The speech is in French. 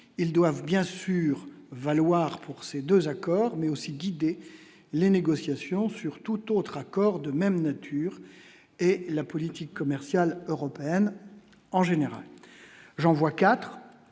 ils doivent bien sûr valoir pour ces 2 accords mais aussi guider les négociations sur toute autre accord de même nature et la politique commerciale européenne en général, j'en vois 4